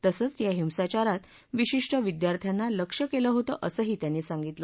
तसंच या हिसाचारात विशिष्ट विद्यार्थ्यांना लक्ष्य केलं होतं असंही त्यांनी सांगितलं